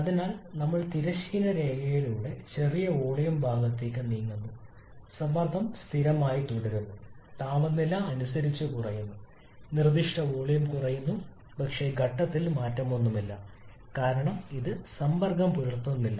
അതിനാൽ നമ്മൾ തിരശ്ചീന രേഖയിലൂടെ ചെറിയ വോളിയം ഭാഗത്തേക്ക് നീങ്ങുന്നു സമ്മർദ്ദം സ്ഥിരമായി തുടരുന്നു താപനില അനുസരിച്ച് കുറയുന്നു നിർദ്ദിഷ്ട വോളിയം കുറയുന്നു പക്ഷേ ഘട്ടത്തിൽ മാറ്റമൊന്നുമില്ല കാരണം ഇത് സമ്പർക്കം പുലർത്തുന്നില്ല